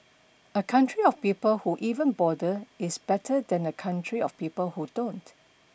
a country of people who even bother is better than a country of people who don't